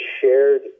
shared